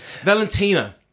Valentina